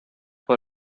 for